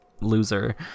loser